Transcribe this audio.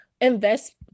invest